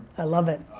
i love it.